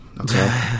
Okay